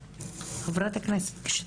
חברת הכנסת נירה שפק,